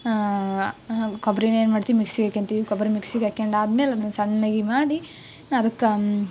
ಕೊಬ್ಬರೀನ ಏನು ಮಾಡ್ತೀವಿ ಮಿಕ್ಸಿಗೆ ಹಾಕ್ಯಂತಿವಿ ಕೊಬ್ಬರಿ ಮಿಕ್ಸಿಗೆ ಹಾಕ್ಯಂಡ್ ಆದ್ಮೇಲೆ ಅದನ್ನು ಸಣ್ಣಗೆ ಮಾಡಿ ಅದಕ್ಕೆ